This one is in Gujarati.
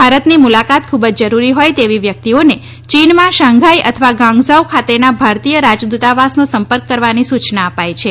ભારતની મુલાકાત ખુબ જ જરૂરી હોથ તેવી વ્યક્તિઓને ચીનમાં શાંધાઇ અથવા ગ્વાંગઝાઉ ખાતેના ભારતીય રાજદૂતાવાસનો સંપર્ક કરવાની સૂચના અપાઇ છે